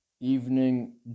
evening